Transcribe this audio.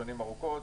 ארוכות.